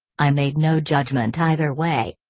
i made no judgment either way.